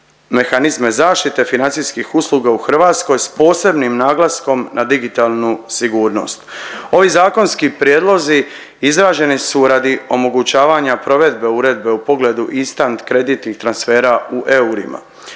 mehanizme zaštite financijskih usluga u Hrvatskoj s posebnim naglaskom na digitalnu sigurnost. Ovi zakonski prijedlozi izrađeni su radi omogućavanja provedbe uredbe u pogledu instant kreditnih transfera u eurima.